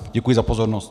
Děkuji za pozornost.